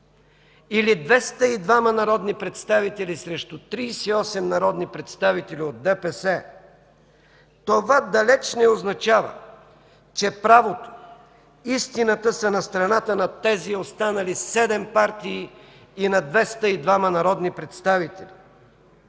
или 202-ма народни представители срещу 38 народни представители от ДПС, това далеч не означава, че правото, истината са на страната на тези останали седем партии и на 202-ма народни представители!